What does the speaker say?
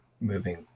moving